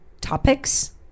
topics